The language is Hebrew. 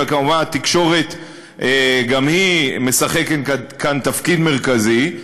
וכמובן התקשורת גם היא משחקת כאן תפקיד מרכזי,